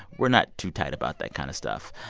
we're not too tight about that kind of stuff.